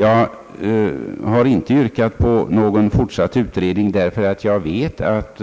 Jag har inte yrkat på någon fortsatt utredning, eftersom jag vet att